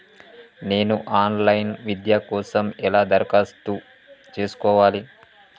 నేను online విద్య కోసం ఎలా దరఖాస్తు చేసుకోవాలి?